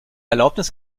erlaubnis